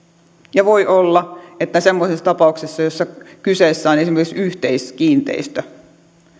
ja voi olla että semmoisessa tapauksessa jossa kyseessä on esimerkiksi yhteiskiinteistö